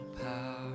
power